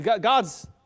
God's